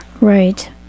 Right